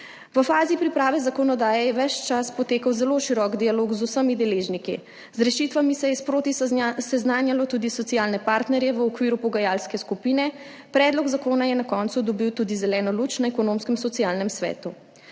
V fazi priprave zakonodaje je ves čas potekal zelo širok dialog z vsemi deležniki. Z rešitvami se je sproti seznanjalo tudi socialne partnerje v okviru pogajalske skupine, predlog zakona je na koncu dobil tudi zeleno luč na Ekonomsko-socialnem svetu.